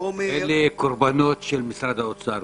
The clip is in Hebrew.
אלה קורבנות של משרד האוצר.